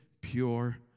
pure